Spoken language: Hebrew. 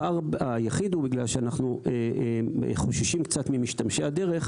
הפער היחיד הוא בגלל שאנחנו חוששים קצת ממשתמשי הדרך,